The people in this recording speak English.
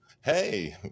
Hey